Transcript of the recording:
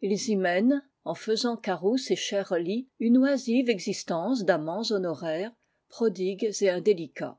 il y mènent en faisant carrousse et chère lie une oisive existence d'amants honoraires proues et indélicats